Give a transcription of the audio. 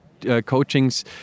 coachings